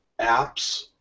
apps